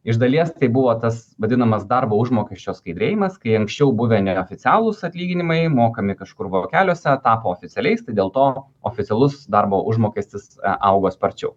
iš dalies tai buvo tas vadinamas darbo užmokesčio skaidrėjimas kai anksčiau buvę neoficialūs atlyginimai mokami kažkur vokeliuose tapo oficialiais tai dėl to oficialus darbo užmokestis augo sparčiau